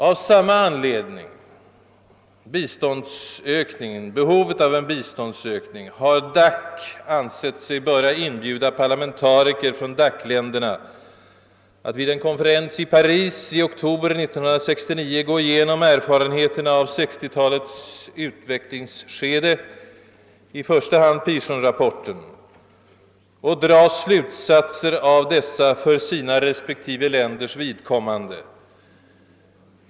Av samma anledning, behovet av en biståndsökning, har DAC ansett sig böra inbjuda parlamentariker från DAC-länderna att vid en konferens i Paris i oktober 1969 gå igenom erfarenheterna av 1960-talets utvecklingsskede, i första hand Pearsonrapporten, och dra slutsatser av dessa för sina respektive länders vidkommande.